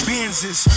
Benzes